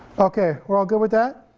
okay, we're all good with that?